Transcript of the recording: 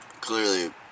clearly